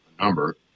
number